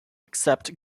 except